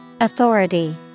Authority